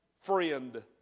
friend